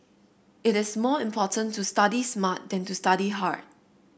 it is more important to study smart than to study hard